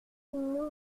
une